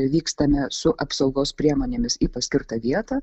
vykstame su apsaugos priemonėmis į paskirtą vietą